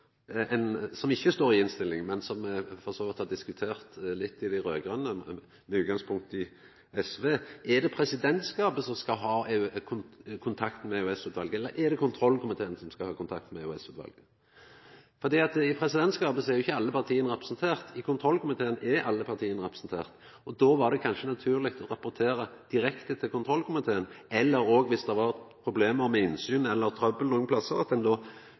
noko som ikkje står i innstillinga, men som dei raud-grøne for så vidt har diskutert, med utgangspunkt i SV: Er det presidentskapet som skal ha kontakt med EOS-utvalet, eller er det kontrollkomiteen som skal ha kontakt med EOS-utvalet? I presidentskapet er ikkje alle partia representerte. I kontrollkomiteen er alle partia representerte. Då er det kanskje naturleg å rapportera direkte til kontrollkomiteen, eller – viss det var problem med innsyn eller trøbbel nokon plass – at